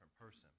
person